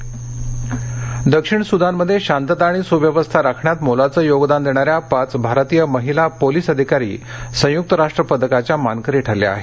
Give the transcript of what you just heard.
सदान दक्षिण सुदानमध्ये शांतता आणि सुव्यवस्था राखण्यात मोलाचं योगदान देणाऱ्या पाच भारतीय महिला पोलीस अधिकारी संयुक्त राष्ट्र पदकाच्या मानकरी ठरल्या आहेत